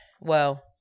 Well-